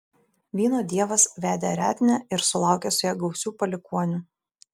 vyno dievas vedė ariadnę ir sulaukė su ja gausių palikuonių